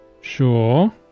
Sure